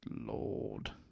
lord